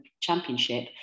championship